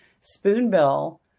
Spoonbill